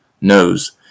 knows